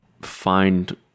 find